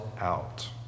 out